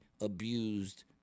abused